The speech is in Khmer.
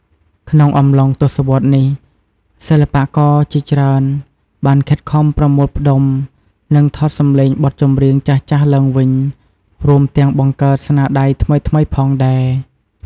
ក្នុងអំឡុងទសវត្សរ៍នេះ សិល្បករជាច្រើនបានខិតខំប្រមូលផ្ដុំ និងថតចម្លងបទចម្រៀងចាស់ៗឡើងវិញ រួមទាំងបង្កើតស្នាដៃថ្មីៗផងដែរ។